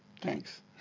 Thanks